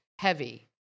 heavy